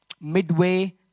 midway